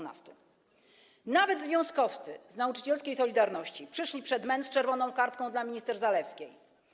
Nawet związkowcy z nauczycielskiej „Solidarności” przyszli przed MEN z czerwoną kartką dla minister Zalewskiej.